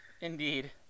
Indeed